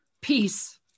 peace